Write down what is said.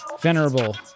venerable